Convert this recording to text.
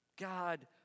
God